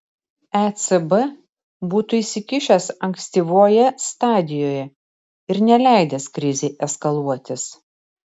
ecb būtų įsikišęs ankstyvoje stadijoje ir neleidęs krizei eskaluotis